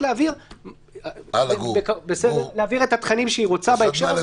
להעביר את התכנים שהיא רוצה בהקשר הזה.